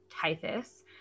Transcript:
typhus